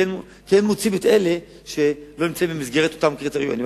מוציאים את אלה שלא נמצאים במסגרת אותם קריטריונים.